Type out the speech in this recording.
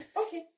Okay